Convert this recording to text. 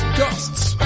ghosts